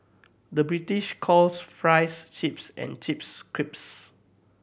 the British calls fries chips and chips crisps